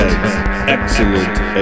Excellent